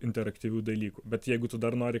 interaktyvių dalykų bet jeigu tu dar nori